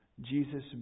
Jesus